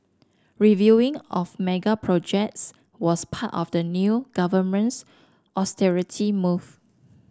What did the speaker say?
reviewing of mega projects was part of the new government's austerity move